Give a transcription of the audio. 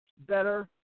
better